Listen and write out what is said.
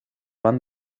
van